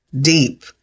deep